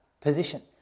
position